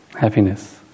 happiness